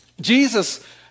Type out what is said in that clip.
Jesus